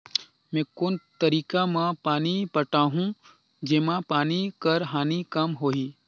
मैं कोन तरीका म पानी पटाहूं जेमा पानी कर हानि कम होही?